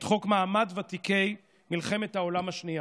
חוק מעמד ותיקי מלחמת העולם השנייה.